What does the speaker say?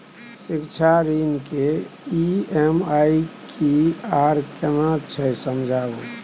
शिक्षा ऋण के ई.एम.आई की आर केना छै समझाबू?